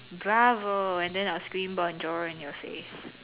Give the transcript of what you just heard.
Bravo and then I'll scream Bonjour in you face